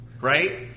Right